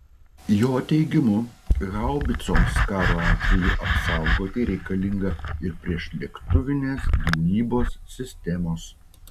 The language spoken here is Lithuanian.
jo teigimu haubicoms karo atveju apsaugoti reikalinga ir priešlėktuvinės gynybos sistemos